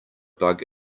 bug